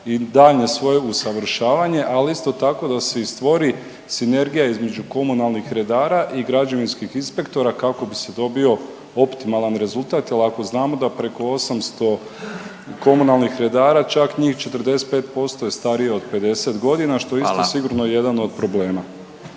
i daljnje svoje usavršavanje, ali isto tako i da se i stvori sinergija između komunalnih redara i građevinskih inspektora kako bi se dobio optimalan rezultat jer ako znamo da preko 800 komunalnih redara, čak njih 45% je starije od 50 godina, što isto … .../Upadica: